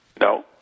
No